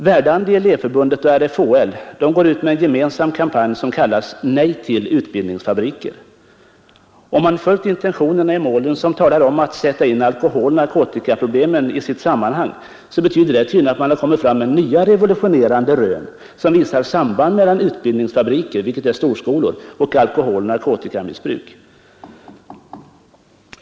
Verdandi, Elevförbundet och RFHL går ut med en gemensam kampanj som kallas ”Nej till utbildningsfabriker”. Om man följt intentionerna i målen som talar om att sätta in alkoholoch narkotikaproblemen i deras sammanhang, så innebär det tydligen att man har gjort nya, revolutionerande rön som visar på ett samband mellan utbildningsfabriker, dvs. storskolor, och alkoholoch narkotikamissbruk.